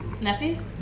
Nephews